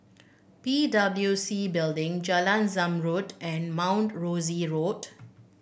P W C Building Jalan Zamrud and Mount Rosie Road